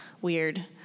weird